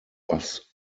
bus